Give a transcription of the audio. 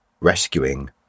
rescuing